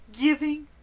giving